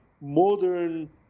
modern